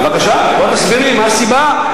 בבקשה, בוא תסביר לי מה הסיבה.